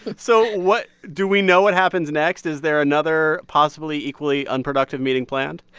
so what do we know what happens next? is there another, possibly, equally unproductive meeting planned?